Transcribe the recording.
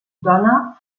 dona